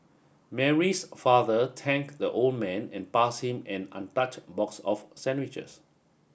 Mary's father thanked the old man and pass him an untouched box of sandwiches